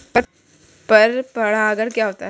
पर परागण क्या होता है?